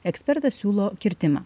ekspertas siūlo kirtimą